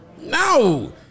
no